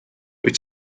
wyt